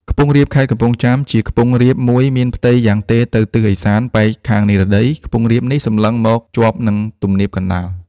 ខ្ពង់រាបខេត្តកំពង់ចាម ជាខ្ពង់រាបមួយមានផ្ទៃយ៉ាងទេរទៅទិសឦសាន ប៉ែកខាងនិរតី ខ្ពង់រាបនេះសម្លឹងមកជាប់នឹង ទំនាបកណ្តាល ។